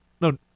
no